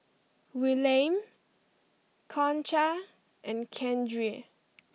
Willaim Concha and Keandre